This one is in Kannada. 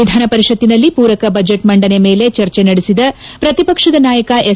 ವಿಧಾನಪರಿಷತ್ನಲ್ಲಿ ಮೂರಕ ಬಜೆಟ್ ಮಂಡನೆ ಮೇಲೆ ಚರ್ಚೆ ನಡೆಸಿದ ಪ್ರತಿಪಕ್ಷದ ನಾಯಕ ಎಸ್